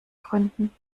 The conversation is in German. gründen